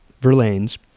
Verlaine's